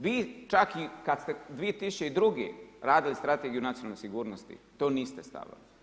Vi čak i kad ste 2002. radili strategiju Nacionalne sigurnosti to niste stavili.